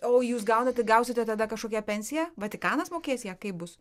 o jūs gaunate gausite tada kažkokią pensiją vatikanas mokės ją kaip bus